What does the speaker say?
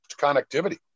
connectivity